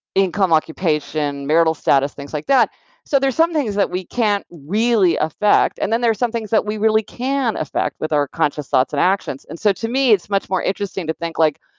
income, occupation, marital status, things like that so there are some things that we can't really affect, and then there are some things that we really can affect with our conscious thoughts and actions, and so to me, it's much more interesting to think like,